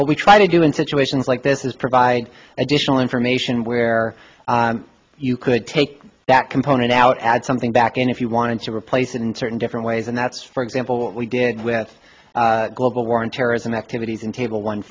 what we try to do in situations like this is provide additional information where you could take that component out add something back in if you wanted to replace it in certain different ways and that's for example what we did with global war on terrorism activities in table one